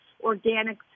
organic